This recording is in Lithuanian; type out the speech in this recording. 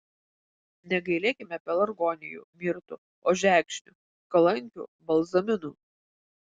negailėkime pelargonijų mirtų ožekšnių kalankių balzaminų